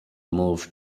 moved